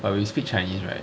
but we speak chinese right